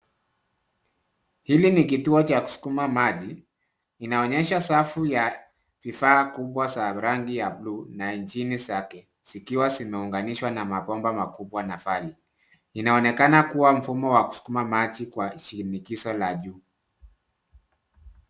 Hili ni kituo cha kusukuma maji. Inaonyesha safu ya vifaa kubwa za rangi ya bluu na injini zake zikiwa zimeunganishwa na mabomba makubwa na vali. Inaonekana kuwa mfumo wa kusukuma maji kwa shinikizo la juu.